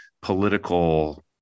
political